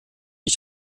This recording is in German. ich